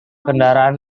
kendaraan